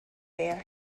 bear